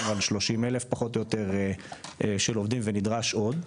יש עד 30 אלף פחות או יותר של עובדים ונדרש עוד.